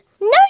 No